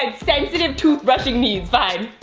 and sensitive tooth brushing needs, fine.